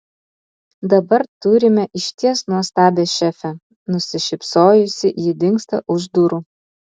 dabar turime išties nuostabią šefę nusišypsojusi ji dingsta už durų